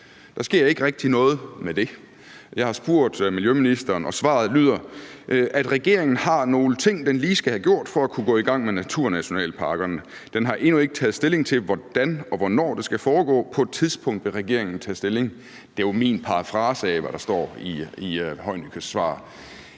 Der sker ikke rigtig noget med det. Jeg har spurgt miljøministeren, og svaret lyder, at regeringen har nogle ting, den lige skal have gjort for at kunne gå i gang med naturnationalparkerne, og at den endnu ikke har taget stilling til, hvordan og hvornår det skal foregå; på et tidspunkt vil regeringen tage stilling. Det er jo min parafrase af, hvad der står i miljøministerens svar.